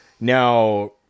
Now